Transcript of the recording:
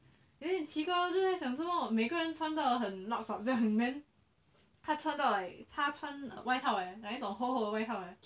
有点奇怪哦就在想做什么每个人穿到很 lup sup 这样 then 他穿到 like 他穿外套诶 like 那种厚厚的外套诶